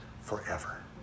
forever